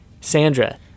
Sandra